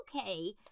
okay